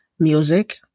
music